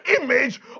image